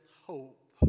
hope